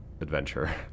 adventure